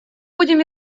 будем